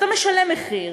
אתה משלם מחיר,